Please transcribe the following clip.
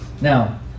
Now